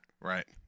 Right